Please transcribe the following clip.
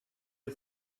you